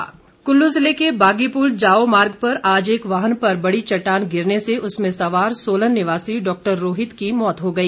दुर्घटना कुल्लू जिले के बागीपुल जाओ मार्ग पर आज एक वाहन पर बड़ी चट्टान गिरने से उसमें सवार सोलन निवासी डॉक्टर रोहित की मौत हो गई